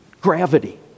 gravity